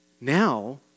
Now